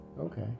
Okay